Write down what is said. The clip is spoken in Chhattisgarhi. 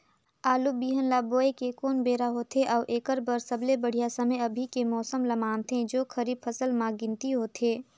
आलू बिहान ल बोये के कोन बेरा होथे अउ एकर बर सबले बढ़िया समय अभी के मौसम ल मानथें जो खरीफ फसल म गिनती होथै?